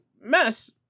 mess